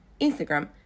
Instagram